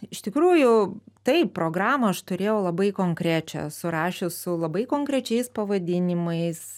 iš tikrųjų taip programą aš turėjau labai konkrečią surašius su labai konkrečiais pavadinimais